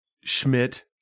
Schmidt